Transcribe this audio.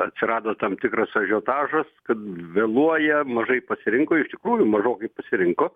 atsirado tam tikras ažiotažas kad vėluoja mažai pasirinko iš tikrųjų mažokai pasirinko